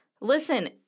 listen